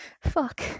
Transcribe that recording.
Fuck